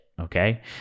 Okay